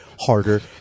Harder